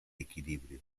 equilibrio